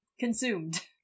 Consumed